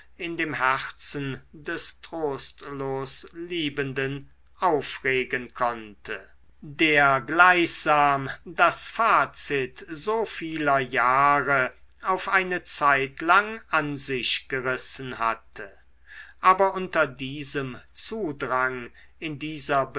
in dem herzen des trostlos liebenden aufregen konnte der gleichsam das fazit so vieler jahre auf eine zeitlang an sich gerissen hatte aber unter diesem zudrang in dieser